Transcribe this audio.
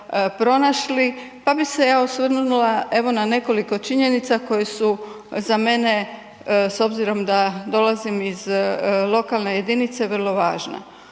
pa bi se ja osvrnula evo na nekoliko činjenica koje su za mene s obzirom da dolazim iz lokalne jedinice, vrlo važne.